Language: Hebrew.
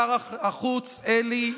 שר החוץ אלי,